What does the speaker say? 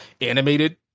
animated